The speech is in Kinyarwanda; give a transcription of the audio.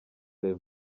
level